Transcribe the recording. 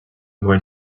going